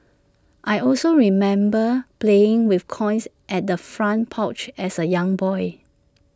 I also remember playing with coins at the front porch as A young boy